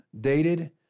dated